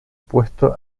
puesto